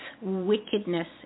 wickedness